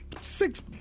six